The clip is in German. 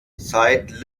seit